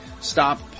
stop